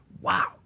wow